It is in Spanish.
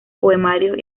poemarios